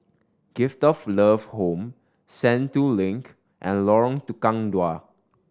Gift of Love Home Sentul Link and Lorong Tukang Dua